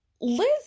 Liz